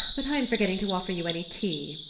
but i am forgetting to offer you any tea.